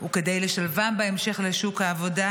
וכדי לשלבם בהמשך בשוק העבודה,